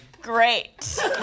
great